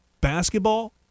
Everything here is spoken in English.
basketball